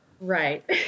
Right